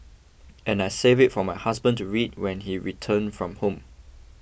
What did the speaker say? and I saved it for my husband to read when he returned from home